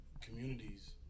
communities